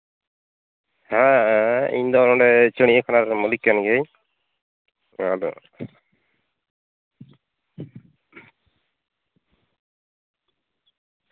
ᱦᱮᱸ ᱦᱮᱸ ᱤᱧ ᱫᱚ ᱱᱚᱸᱰᱮ ᱪᱤᱲᱤᱭᱟᱠᱷᱟᱱᱟ ᱨᱮᱱ ᱢᱟᱹᱞᱤᱠ ᱠᱟᱱ ᱜᱤᱭᱟᱹᱧ ᱱᱚᱣᱟ ᱫᱚ